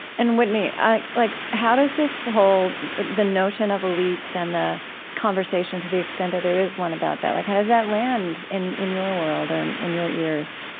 and whitney, like how does this whole the notion of elites and the conversation, to the extent that there is one about that like how does that land in in your world, or and in your ears?